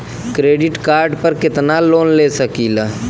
Credit card पर कितनालोन ले सकीला?